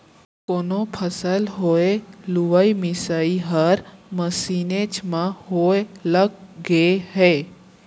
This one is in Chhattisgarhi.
कोनो फसल होय लुवई मिसई हर मसीनेच म होय लग गय हे